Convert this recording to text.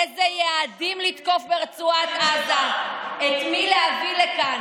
איזה יעדים לתקוף ברצועת עזה, את מי להביא לכאן.